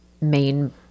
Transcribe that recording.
main